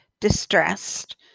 distressed